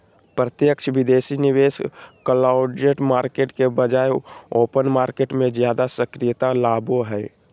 प्रत्यक्ष विदेशी निवेश क्लोज्ड मार्केट के बजाय ओपन मार्केट मे ज्यादा सक्रियता लाबो हय